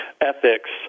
ethics